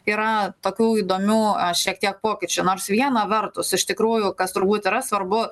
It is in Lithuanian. yra tokių įdomių a šiek tiek pokyčių nors viena vertus iš tikrųjų kas turbūt yra svarbu